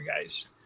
guys